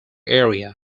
area